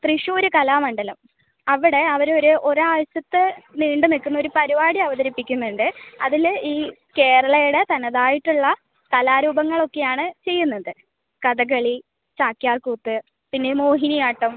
തൃശ്ശൂര് കലാമണ്ഡലം അവിടെ അവർ ഒരു ഒരാഴ്ചത്തെ നീണ്ടുനിൽക്കുന്ന ഒരു പരിപാടി അവതരിപ്പിക്കുന്നുണ്ട് അതിൽ ഈ കേരളയുടെ തനതായിട്ടുള്ള കലാരൂപങ്ങളൊക്കെയാണ് ചെയ്യുന്നത് കഥകളി ചാക്യാർകൂത്ത് പിന്നെ മോഹിനിയാട്ടം